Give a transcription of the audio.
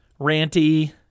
ranty